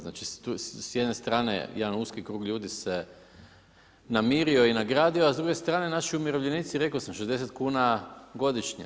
Znači tu s jedne strane jedan uski krug ljudi se namirio i nagradio, a s druge strane naši umirovljenici reko sam 60 kuna godišnje.